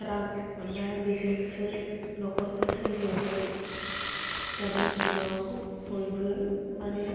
रां मोन्नाया बेजोंसो न'खरखौ सोलियोमोन दानि जुगाव बयबो मानि